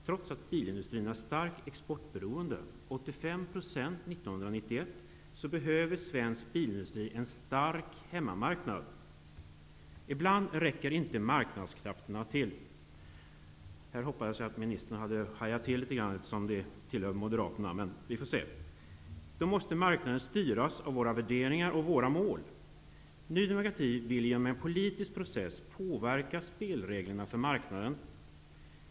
Trots att bilindustrin är starkt exportberoende, 85 % 1991, behöver svensk bilindustri en stark hemmamarknad. Ibland räcker inte marknadskrafterna till. Här hopppades jag att ministern skulle haja till litet grand, eftersom han tillhör Moderaterna. Då måste marknaden styras av våra värderingar och våra mål. Ny demokrati vill genom en politisk process påverka spelreglerna för marknaden.